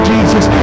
Jesus